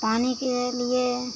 पानी के लिए